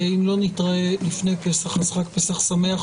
אם לא נתראה לפני פסח, חג פסח שמח.